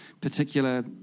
particular